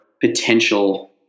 potential